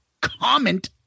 Comment